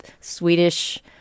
Swedish